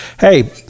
Hey